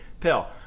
pill